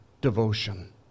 devotion